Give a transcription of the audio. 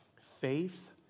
faith